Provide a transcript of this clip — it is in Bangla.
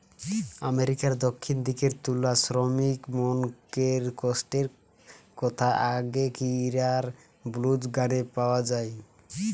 আমেরিকার দক্ষিণ দিকের তুলা শ্রমিকমনকের কষ্টর কথা আগেকিরার ব্লুজ গানে পাওয়া যায়